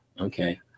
Okay